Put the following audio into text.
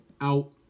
out